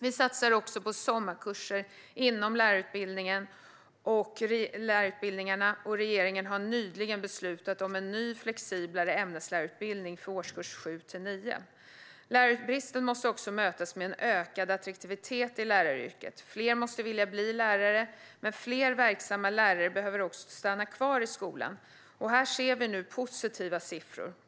Vi satsar också på sommarkurser inom lärarutbildningarna, och regeringen har nyligen beslutat om en ny flexiblare ämneslärarutbildning för årskurs 7-9. Lärarbristen måste också mötas med ökad attraktivitet i läraryrket. Fler måste vilja bli lärare, men fler verksamma lärare behöver också stanna kvar i skolan. Här ser vi nu positiva siffror.